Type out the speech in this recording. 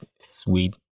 sweet